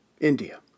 India